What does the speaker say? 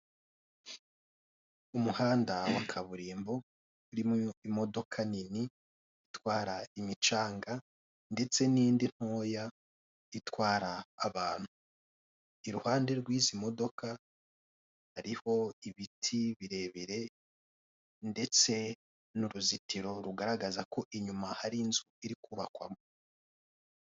Umuhanda wa kaburimbo, urimo imodoka nini itwara imicanga ndetse n'indi ntoya itwara abantu. Iruhande rw'izi modoka hariho ibiti birebire ndetse n'uruzitiro, rugaragaza ko inyuma hari inzu iri kubakwamo.